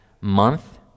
month